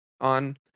on